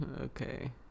Okay